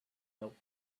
helped